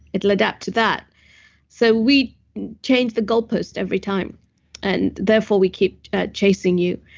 it will adapt to that so we change the goalpost every time and therefore we keep ah chasing you.